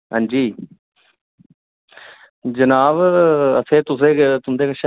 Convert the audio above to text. हां जी जनाब असें तुसेंगी तुं'दे कशा